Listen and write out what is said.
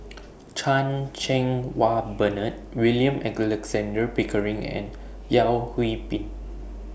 Chan Cheng Wah Bernard William Pickering and Yeo Hwee Bin